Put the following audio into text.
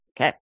Okay